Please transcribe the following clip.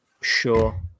Sure